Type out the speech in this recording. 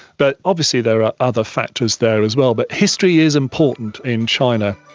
but obviously there are other factors there as well. but history is important in china.